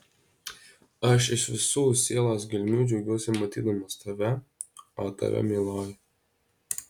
aš iš visų sielos gelmių džiaugiuosi matydamas tave o tave mieloji